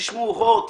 הוט,